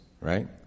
right